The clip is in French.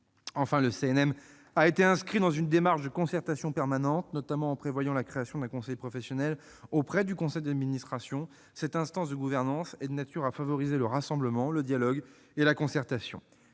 Enfin, le CNM a été inscrit dans une démarche de concertation permanente, notamment en prévoyant la création d'un conseil professionnel auprès du conseil d'administration. Cette instance de gouvernance est de nature à favoriser le rassemblement, le dialogue et la concertation.